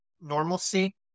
Normalcy